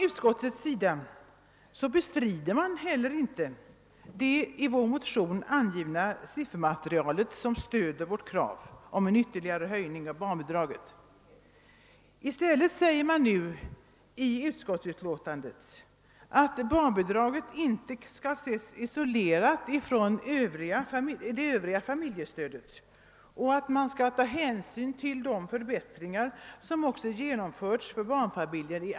Utskottet har inte heller bestritt riktigheten i det siffermaterial i våra motioner som stöder vårt krav på en ytterligare höjning av barnbidraget. I stället skriver utskottet att barnbidraget inte skall ses isolerat från det övriga familjestödet utan att hänsyn också skall tas till de förbättringar i annan form som genomförs för barnfamiljerna.